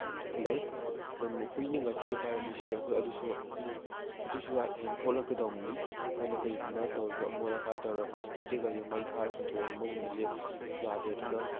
ꯂꯩ ꯑꯗꯨꯝ ꯍꯨꯏꯅꯒ ꯃꯊꯤ ꯐꯥꯏꯔꯝꯕꯁꯤꯁꯨ ꯑꯩꯈꯣꯏ ꯑꯗꯨꯁꯨ ꯑꯗꯨꯁꯨ ꯍꯌꯦꯡ ꯊꯣꯂꯛꯀꯗꯧꯅꯤ ꯑꯩꯈꯣꯏꯅ ꯀꯩꯒꯨꯝꯕ ꯇꯧꯔꯁꯨ ꯑꯃꯣꯠ ꯑꯀꯥꯏ ꯇꯧꯔ ꯄ꯭ꯂꯥꯁꯇꯤꯛꯇꯒꯤ ꯀꯩꯗꯒꯤ ꯃꯩ ꯊꯥꯔ ꯍꯨꯟꯗꯣꯛꯑꯝꯕꯒꯨꯝꯕꯁꯦ ꯌꯥꯗꯦ ꯑꯗꯨꯅ